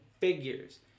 figures